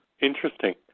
Interesting